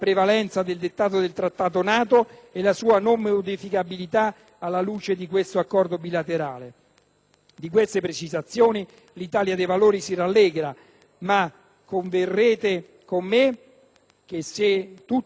Di queste precisazioni l'Italia dei Valori si rallegra, ma converrete con me che, se tutti gli Stati che aderiscono alla NATO regolassero i propri rapporti diplomatici con altri Paesi